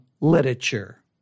literature